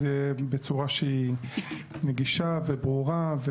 זה יהיה בצורה שהיא נגישה וברורה.